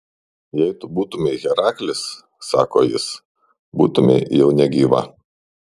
jei tu būtumei heraklis sako jis būtumei jau negyva